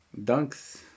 Dunks